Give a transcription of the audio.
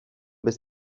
bis